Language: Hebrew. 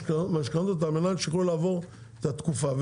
משכנתאות על מנת שיוכלו לעבור את התקופה.